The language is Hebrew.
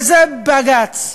וזה בג"ץ.